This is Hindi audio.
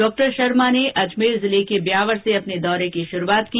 डॉ शर्मा ने अजमेर जिले के ब्यावर से अपने दौरे की शुरूआत की